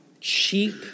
cheap